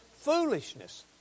foolishness